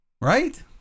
Right